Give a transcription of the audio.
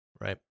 Right